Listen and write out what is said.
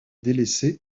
délaissé